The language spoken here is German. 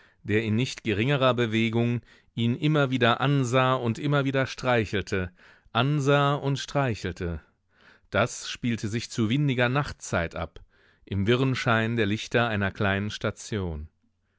der in nicht geringerer bewegung ihn immer wieder ansah und immer wieder streichelte ansah und streichelte das spielte sich zu windiger nachtzeit ab im wirren schein der lichter einer kleinen station